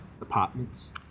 apartments